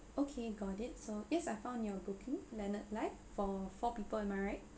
okay got it so yes I found your booking leonard Lai for four people am I right